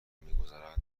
میگذرد